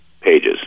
pages